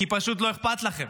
כי פשוט לא אכפת לכם,